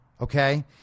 Okay